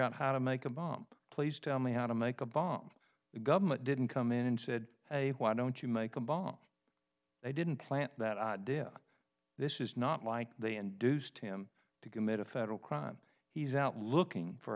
out how to make a bomb please tell me how to make a bomb the government didn't come in and said hey why don't you make a bomb they didn't plant that did this is not like they induced him to commit a federal crime he's out looking for